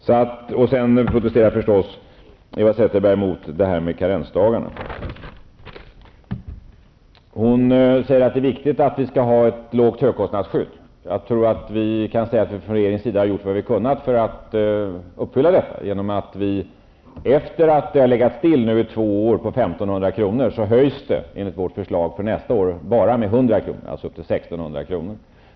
Eva Zetterberg protesterar förstås också mot vad som föreslagits när det gäller karrensdagarna. Hon säger vidare att det är viktigt att vi skall ha ett lågt högkostnadsskydd. Jag tror att regeringen har gjort vad den kunnat för att tillmötesgå detta önskemål genom att högkostnadsskyddet, efter det att i två år legat stilla på 1 500 kr. nu enligt förslag för nästa år höjs med bara 100 kr., alltså till 1 600 kr.